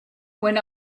when